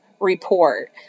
report